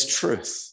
truth